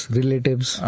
relatives